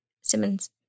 Simmons